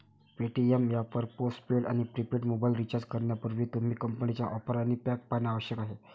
Paytm app वर postpaid आणि prepaid mobile recharge करण्यापूर्वी, तुम्ही कंपनीच्या ऑफर आणि पॅक पाहणे आवश्यक आहे